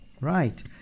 Right